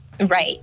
right